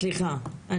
סליחה.